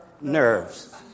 nerves